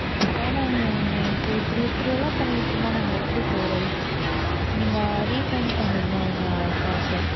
இப்போ வேணாங்கண்ணே இப்போது இப்படி இப்படி எல்லாம் பண்ணிட்டிருந்தா நாங்கள் எப்படி போவது நீங்க ரீஃபொண்ட் பண்ணியிருங்க எங்கள் காசை